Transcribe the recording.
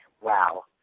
wow